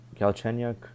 galchenyuk